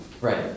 Right